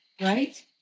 right